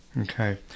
Okay